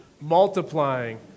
Multiplying